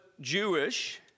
Jewish